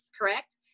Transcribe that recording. correct